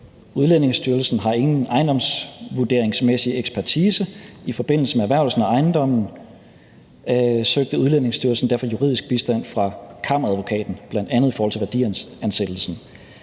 Udlændingestyrelsen ikke har nogen ejendomsvurderingsmæssig ekspertise i forbindelse med erhvervelsen af ejendommen, og derfor søgte Udlændingestyrelsen juridisk bistand fra Kammeradvokaten, bl.a. i forhold til værdiansættelsen.